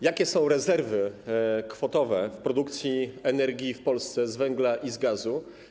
Jakie są rezerwy kwotowe w zakresie produkcji energii w Polsce z węgla i z gazu?